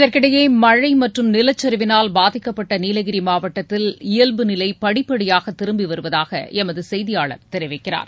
இதற்கிடையே மழை மற்றும் நிலச்சரிவினால் பாதிக்கப்பட்ட நீலகிரி மாவட்டத்தில் இயல்பு நிலை படிப்படியாக திரும்பி வருவதாக எமது செய்தியாளர் தெரிவிக்கிறார்